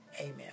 Amen